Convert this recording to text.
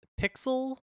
Pixel